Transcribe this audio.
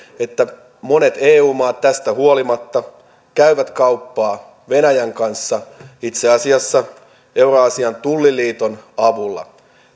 että monet eu maat tästä huolimatta käyvät kauppaa venäjän kanssa itse asiassa euraasian tulliliiton avulla